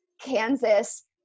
Kansas